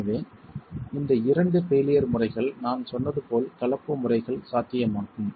எனவே இந்த இரண்டு பெய்லியர் முறைகள் நான் சொன்னது போல் கலப்பு முறைகள் சாத்தியமாகும்